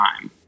time